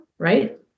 right